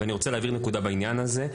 אני רוצה להבהיר נקודה בעניין הזה: